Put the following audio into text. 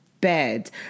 bed